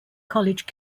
college